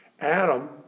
Adam